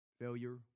failure